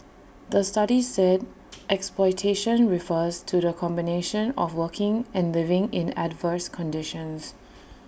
the study said exploitation refers to the combination of working and living in adverse conditions